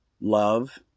love